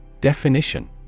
Definition